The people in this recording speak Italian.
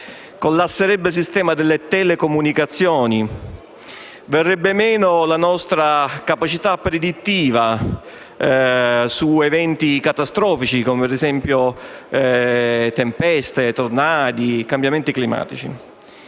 collasserebbe il sistema delle telecomunicazioni; verrebbe meno la nostra capacità predittiva di eventi catastrofici, come ad esempio tempeste, tornado, cambiamenti climatici.